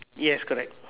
yes correct